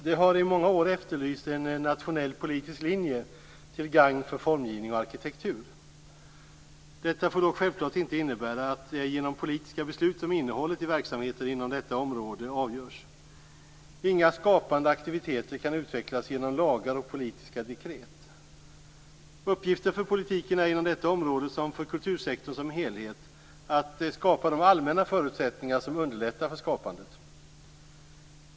Fru talman! Det har i många år efterlysts en nationell politisk linje till gagn för formgivning och arkitektur. Detta får dock självklart inte innebära att det är genom politiska beslut som innehållet i verksamheter inom detta område avgörs. Inga skapande aktiviteter kan utvecklas genom lagar och politiska dekret. Uppgiften för politiken är inom detta område som för kultursektorn som helhet att skapa de allmänna förutsättningar som underlättar för skapandet.